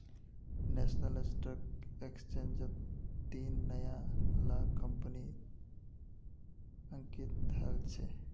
national Stock एक्सचेंजट तीन नया ला कंपनि अंकित हल छ